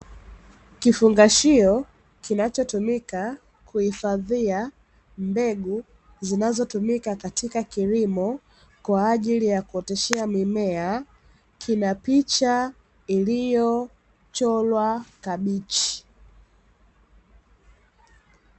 Kifungashio kinachotumika kuhifadhia mbegu zinazotumika katika kilimo kwa ajili ya kuoteshea mimea, kina picha iliyochorwa kabichi.